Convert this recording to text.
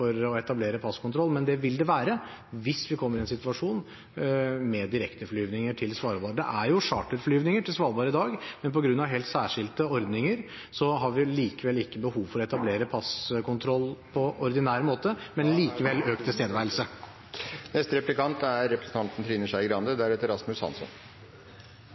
å etablere passkontroll, men det vil det være hvis vi kommer i en situasjon med direkteflyvninger til Svalbard. Det er charterflyvninger til Svalbard i dag, men på grunn av helt særskilte ordninger har vi likevel ikke behov for å etablere passkontroll på ordinær måte, men likevel behov for økt tilstedeværelse.